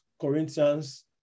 Corinthians